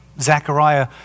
Zechariah